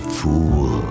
fool